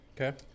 Okay